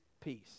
peace